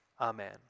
Amen